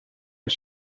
are